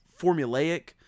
formulaic